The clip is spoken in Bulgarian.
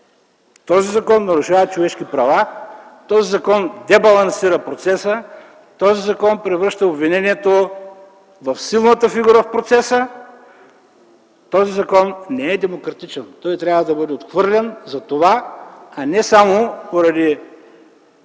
този закон нарушава човешки права. Този закон дебалансира процеса. Този закон превръща обвинението в силната фигура в процеса. Този закон не е демократичен. Той трябва да бъде отхвърлен затова, а не само поради